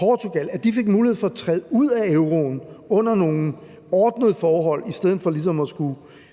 Portugal osv. – fik mulighed for at træde ud af euroen under nogle ordnede forhold i stedet for at skulle